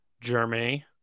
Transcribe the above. Germany